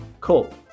Cool